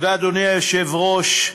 תודה אדוני, היושב-ראש.